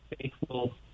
faithful